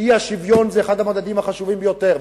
שהאי-שוויון הוא אחד המדדים החשובים ביותר,